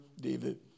David